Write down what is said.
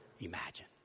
imagine